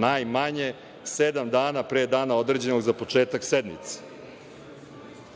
najmanje sedam dana pre dana određenog za početak sednice.U